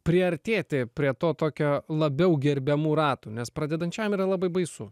priartėti prie to tokio labiau gerbiamų ratų nes pradedančiajam yra labai baisu